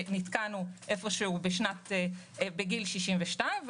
ונתקענו איפשהו בגיל 62,